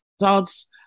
results